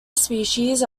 species